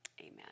amen